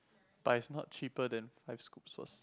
but is not cheaper than five-scoops was